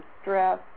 stress